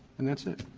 and that's it?